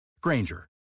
Granger